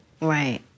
Right